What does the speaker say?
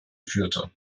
führte